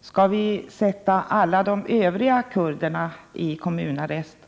Skall vi sätta också alla de övriga kurderna i kommunarrest?